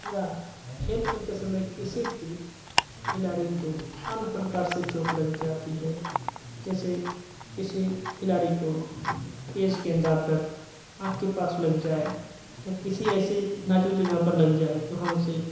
या खेल खेलते समय किसी भी खिलाड़ी को अन्य प्रकार से चोट लग जाती है जैसे किसी खिलाड़ी को तेज गेंद आकर आँख के पास लग जाये या किसी ऐसे नाजुक जगह पर लग जाये तो हम उसे